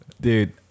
Dude